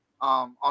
On